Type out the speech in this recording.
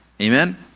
Amen